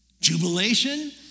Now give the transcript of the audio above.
Jubilation